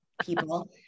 people